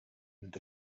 that